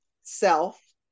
self